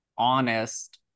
honest